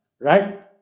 right